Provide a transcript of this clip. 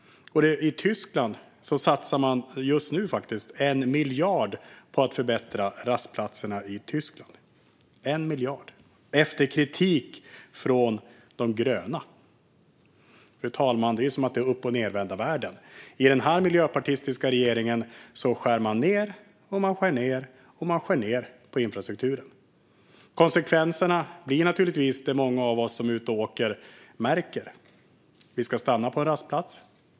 I Tyskland satsar man just nu faktiskt 1 miljard kronor på att förbättra rastplatserna där efter kritik från de gröna. Det är som att det är uppochnedvända världen. I den här miljöpartistiska regeringen skär man ned, ned och ned på infrastrukturen. Konsekvenserna blir naturligtvis sådana som många av oss som är ute och åker märker. Vi ska stanna på en rastplats.